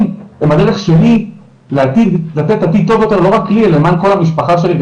הם הדרך לתת עתיד טוב יותר לא רק לי למען כל המשפחה שלי,